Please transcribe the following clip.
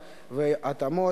נמנע?